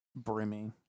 Brimmy